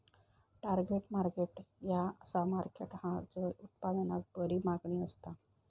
target market ह्या असा market हा झय उत्पादनाक बरी मागणी असता